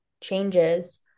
changes